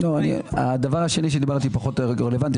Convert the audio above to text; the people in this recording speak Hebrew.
הדבר השני פחות רלוונטי,